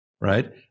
right